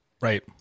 Right